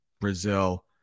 Brazil